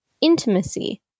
intimacy